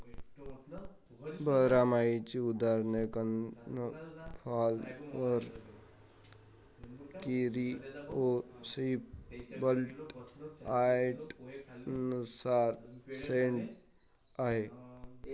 बारमाहीची उदाहरणे cornflower, coreopsis, black eyed Susan, sedum आहेत